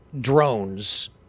drones